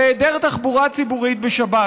בהיעדר תחבורה ציבורית בשבת,